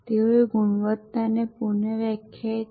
તેઓએ ગુણવત્તાને પુનઃવ્યાખ્યાયિત કરી